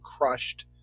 crushed